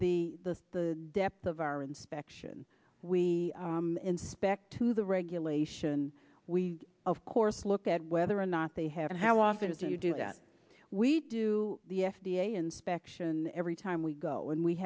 the the the depth of our inspection we inspect to the regulation we of course look at whether or not they have and how often do you do that we do the f d a inspection every time we go